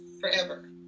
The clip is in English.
forever